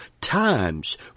times